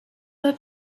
have